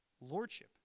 lordship